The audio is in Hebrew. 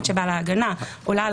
זה